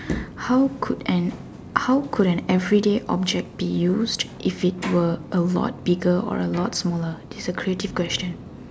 how could an how could an everyday object be used if it were a lot bigger or a lot smaller it's a creative question